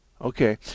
Okay